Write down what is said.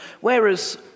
whereas